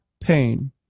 pain